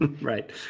right